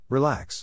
Relax